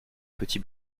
petit